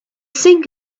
sink